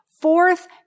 Fourth